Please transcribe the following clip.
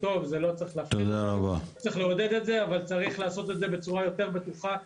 צריך לעודד את זה אבל צריך לעשות את זה בצורה יותר בטוחה,